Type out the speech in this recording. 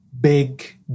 big